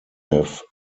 have